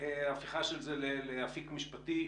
והפיכה של זה לאפיק משפטי.